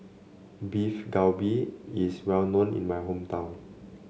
Beef Galbi is well known in my hometown